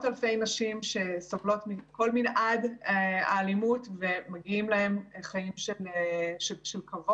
אלפי נשים שסובלות מכל מנעד האלימות ומגיעים להם חיים של כבוד.